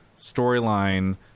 storyline